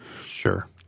Sure